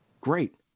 great